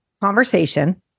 Conversation